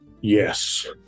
Yes